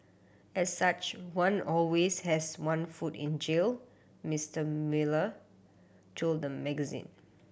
as such one always has one foot in jail Mister Mueller told the magazine